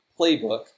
playbook